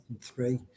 three